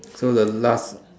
so the last